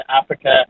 africa